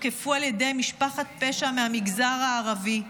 שהותקפו על ידי משפחת פשע מהמגזר הערבי.